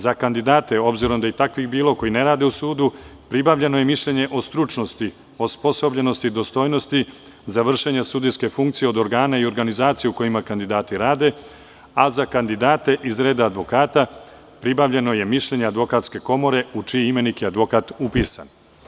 Za kandidate, s obzirom da je i takvih bilo, koji ne rade u sudu, pribavljeno je mišljenje o stručnosti, osposobljenosti, dostojnosti za vršenje sudijske funkcije od organa i organizacija u kojima kandidati rade, a za kandidate iz reda advokata pribavljeno je mišljenje advokatske komore u čiji imenik je advokat upisan.